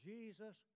Jesus